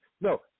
No